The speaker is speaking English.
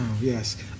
yes